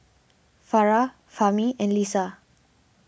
Farah Fahmi and Lisa